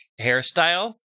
hairstyle